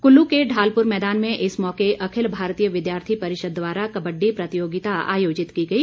कुल्लू के ढालपुर मैदान में इस मौके अखिल भारतीय विद्यार्थी परिषद द्वारा कबड्डी प्रतियोगिता आयोजित की गई